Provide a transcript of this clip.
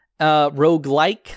Roguelike